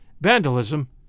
vandalism